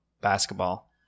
basketball